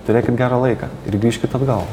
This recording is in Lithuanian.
turėkit gerą laiką ir grįžkit atgal